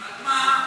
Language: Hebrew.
רק מה,